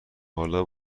حالا